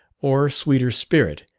or sweeter spirit,